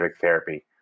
therapy